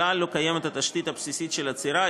כלל לא קיימת התשתית הבסיסית של אצירה,